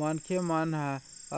मनखे मन ह